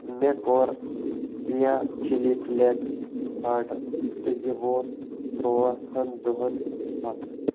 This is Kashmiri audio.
مےٚ کوٚر کِیا چِلی فُلیکس آرڈر تہٕ یہِ ووت تُرٛواہن دۄہَن پتہٕ